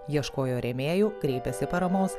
ieškojo rėmėjų kreipėsi paramos